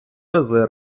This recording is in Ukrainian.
рази